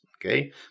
Okay